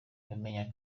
bamenye